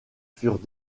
furent